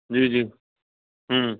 ਜੀ ਜੀ